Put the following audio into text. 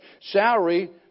salary